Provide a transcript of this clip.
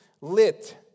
lit